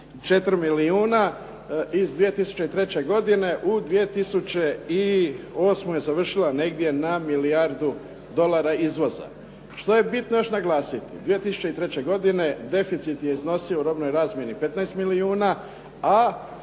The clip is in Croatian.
464 milijuna iz 2003. godine u 2008. završila je negdje na milijardu dolara izvoza. Što je bitno još naglasiti? 2003. godine deficit je iznosio u robnoj razmjeni 15 milijuna a